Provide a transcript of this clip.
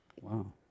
Wow